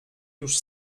już